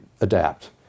adapt